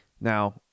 Now